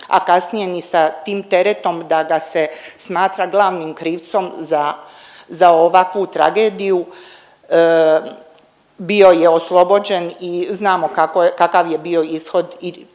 a kasnije ni sa tim teretom da ga se smatra glavnim krivcom za, za ovakvu tragediju. Bio je oslobođen i znamo kakav je bio ishod i